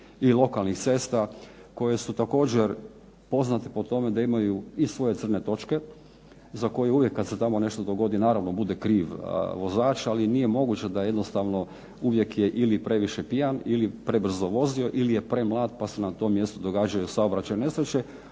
i lokalnih cesta koje su također poznate po tome da imaju i svoje crne točke za koje uvijek kad se tamo nešto dogodi naravno bude kriv vozač. Ali nije moguće da jednostavno uvijek je ili previše pijan ili prebrzo vozio ili je premlad pa se na tom mjestu događaju saobraćajne nesreće.